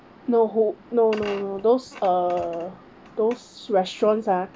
no hope no no no those uh those restaurants ah